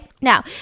now